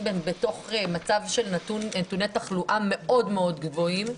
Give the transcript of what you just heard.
בתוך מצב של נתוני תחלואה מאוד מאוד גבוהים.